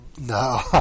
No